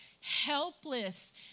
helpless